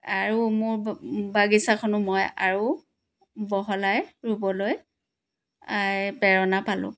আৰু মোৰ ব মোৰ বাগিচাখনো মই আৰু বহলাই ৰুবলৈ প্ৰেৰণা পালোঁ